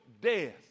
death